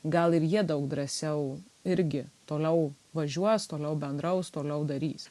gal ir jie daug drąsiau irgi toliau važiuos toliau bendraus toliau darys